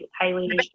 highly